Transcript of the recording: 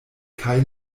kaj